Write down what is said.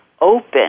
open